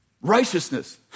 righteousness